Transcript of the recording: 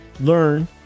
learn